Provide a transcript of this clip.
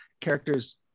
characters